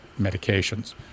medications